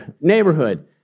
neighborhood